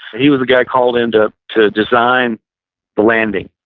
he was the guy called in to to design the landing.